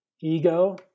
ego